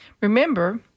Remember